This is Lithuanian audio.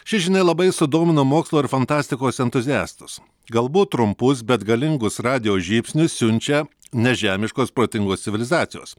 ši žinia labai sudomino mokslo ir fantastikos entuziastus galbūt trumpus bet galingus radijo žybsnius siunčia nežemiškos protingos civilizacijos